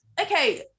okay